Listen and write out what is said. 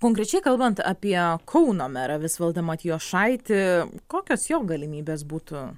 konkrečiai kalbant apie kauno merą visvaldą matijošaitį kokios jo galimybės būtų